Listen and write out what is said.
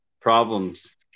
Problems